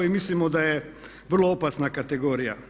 Mislimo da je vrlo opasna kategorija.